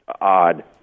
odd